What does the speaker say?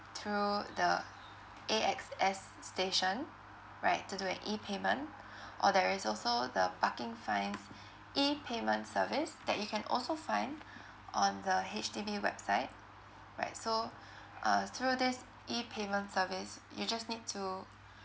through the A_X_S station right to do an e payment or there is also the parking fines e payment service that you can also find on the H_D_B website right so err through this e payment service you just need to